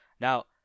Now